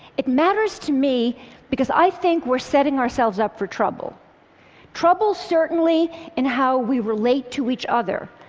it matters to me because i think we're setting ourselves up for trouble trouble certainly in how we relate to each other,